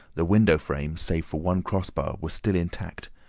the window frame, save for one crossbar, was still intact,